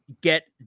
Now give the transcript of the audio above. get